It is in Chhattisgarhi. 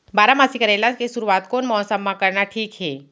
बारामासी करेला के शुरुवात कोन मौसम मा करना ठीक हे?